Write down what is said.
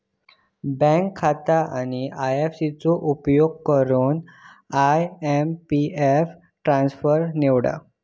bank खाता आणि IFSC चो उपयोग करून आय.एम.पी.एस ट्रान्सफर निवडा